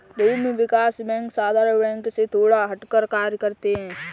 भूमि विकास बैंक साधारण बैंक से थोड़ा हटकर कार्य करते है